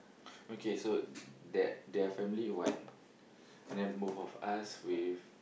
okay so that their family one and then both of us with